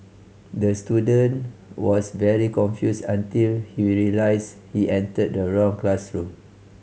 the student was very confused until he realised he entered the wrong classroom